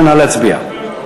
בישיבה הקרובה,